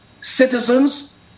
citizens